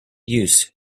use